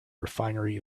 refinery